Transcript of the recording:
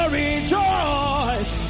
rejoice